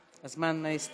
תודה, הזמן הסתיים.